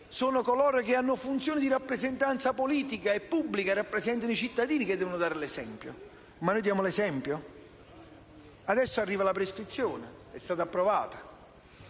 coloro che hanno funzioni di rappresentanza politica e pubblica e che rappresentano i cittadini. Ma noi diamo l'esempio? Adesso arriva la prescrizione, è stata approvata.